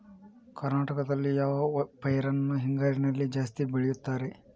ಕರ್ನಾಟಕದಲ್ಲಿ ಯಾವ ಪೈರನ್ನು ಹಿಂಗಾರಿನಲ್ಲಿ ಜಾಸ್ತಿ ಬೆಳೆಯುತ್ತಾರೆ?